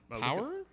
power